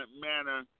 manner